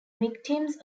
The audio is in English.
victims